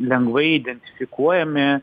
lengvai identifikuojami